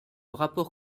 rapport